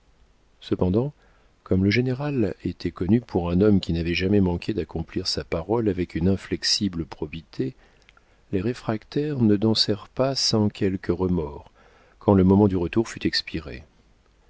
cependant comme le général était connu pour un homme qui n'avait jamais manqué d'accomplir sa parole avec une inflexible probité les réfractaires ne dansèrent pas sans quelques remords quand le moment du retour fut expiré